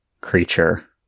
creature